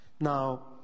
Now